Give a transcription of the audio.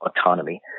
Autonomy